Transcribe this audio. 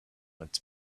its